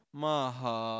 maha